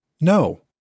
No